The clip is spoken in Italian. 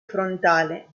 frontale